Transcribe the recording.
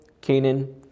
Canaan